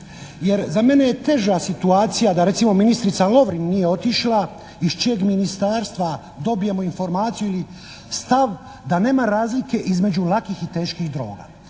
Jer za mene je teža situacija da recimo ministrica Lovrin nije otišla iz čijeg ministarstva dobijemo informaciju ili stav da nema razlike između lakih i teških droga.